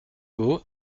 beau